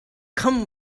come